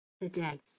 today